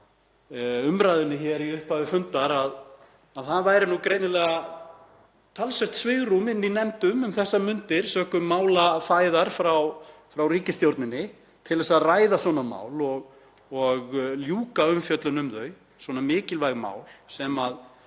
umræðunni hér í upphafi fundar að það væri greinilega talsvert svigrúm inni í nefndum um þessar mundir sökum málafæðar frá ríkisstjórninni til að ræða svona mál og ljúka umfjöllun um þau, svona mikilvæg mál sem